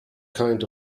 kind